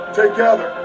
together